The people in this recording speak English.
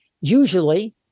usually